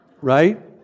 Right